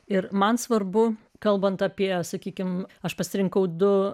ir man svarbu kalbant apie sakykime aš pasirinkau du